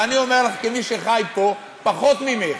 ואני אומר לך, כמי שחי פה פחות ממך,